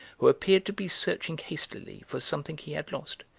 who appeared to be searching hastily for something he had lost.